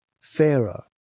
fairer